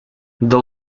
the